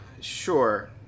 Sure